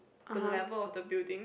the level of the building